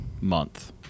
month